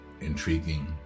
intriguing